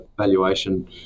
valuation